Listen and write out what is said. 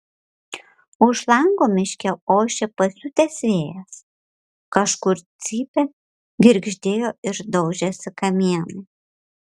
už lango miške ošė pasiutęs vėjas kažkur cypė girgždėjo ir daužėsi kamienai